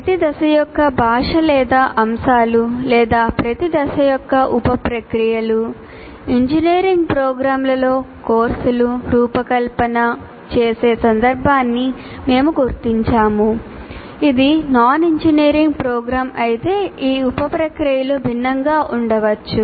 ప్రతి దశ యొక్క భాష లేదా అంశాలు లేదా ప్రతి దశ యొక్క ఉప ప్రక్రియలు ఇంజనీరింగ్ ప్రోగ్రామ్లలో కోర్సులు రూపకల్పన చేసే సందర్భాన్ని మేము గుర్తించాము ఇది నాన్ ఇంజనీరింగ్ ప్రోగ్రామ్ అయితే ఈ ఉప ప్రక్రియలు భిన్నంగా ఉండవచ్చు